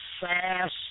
sass